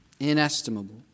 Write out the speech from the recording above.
inestimable